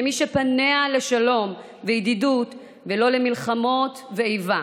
כמי שפניה לשלום וידידות ולא למלחמות ואיבה,